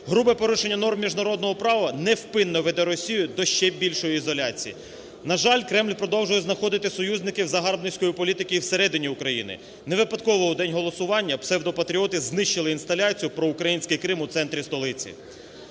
Грубе порушення норм міжнародного права невпинно веде Росію до ще більшої ізоляції. На жаль, Кремль продовжує знаходити союзників загарбницької політики і всередині України. Невипадково в день голосування псевдопатріоти знищили інсталяцію про український Крим у центрі столиці.